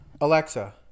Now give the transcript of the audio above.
Alexa